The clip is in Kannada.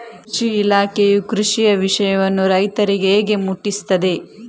ಕೃಷಿ ಇಲಾಖೆಯು ಕೃಷಿಯ ವಿಷಯವನ್ನು ರೈತರಿಗೆ ಹೇಗೆ ಮುಟ್ಟಿಸ್ತದೆ?